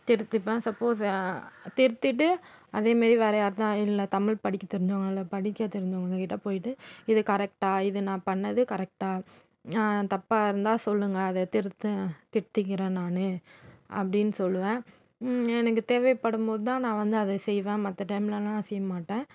திருத்திப்பேன் suppose திருத்திட்டு அதேமாரி வேற யாருதா இல்லை தமிழ் படிக்க தெரிஞ்சவங்களை படிக்க தெரிஞ்சவங்கக்கிட்ட போய்ட்டு இது கரெக்டா இது நான் பண்ணது கரெக்டா தப்பா இருந்தால் சொல்லுங்கள் அதை திருத்த திருத்திக்கிறேன் நான் அப்படின்னு சொல்லுவேன் எனக்கு தேவைப்படும் போது தான் நான் வந்து அதை செய்வேன் மற்ற டைம்லல்லாம் நான் செய்யமாட்டேன்